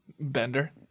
Bender